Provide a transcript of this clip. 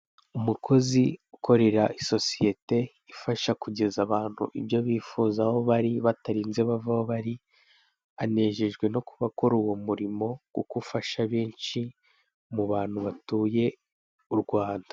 Umukozi ukorera sosiyete ifasha kugeza abantu ibyo bifuza aho bari batarinze bava aho bari, anejejwe no gukora uwo murimo, kuko ufasha benshi mu bantu batuye u Rwanda.